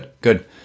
good